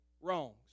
wrongs